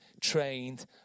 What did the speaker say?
trained